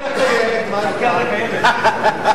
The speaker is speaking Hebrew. הקרן הקיימת.